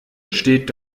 steht